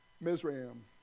Mizraim